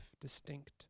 distinct